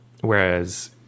whereas